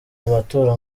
amatora